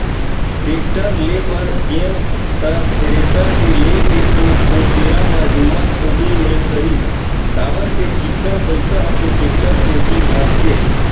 tractor ले बर गेंव त थेरेसर के लेय के तो ओ बेरा म हिम्मत होबे नइ करिस काबर के चिक्कन पइसा ह तो टेक्टर कोती धसगे